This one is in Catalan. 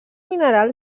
mineral